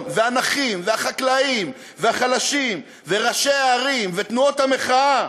והנכים והחקלאים והחלשים וראשי הערים ותנועות המחאה,